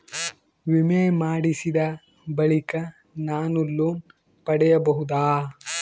ವಿಮೆ ಮಾಡಿಸಿದ ಬಳಿಕ ನಾನು ಲೋನ್ ಪಡೆಯಬಹುದಾ?